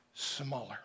smaller